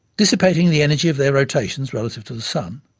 dissipating the energy of their rotations, relative to the sun,